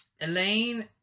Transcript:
Elaine